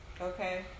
Okay